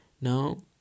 now